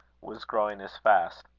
was growing as fast.